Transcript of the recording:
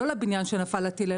לא לבניין שנפל עליו הטיל,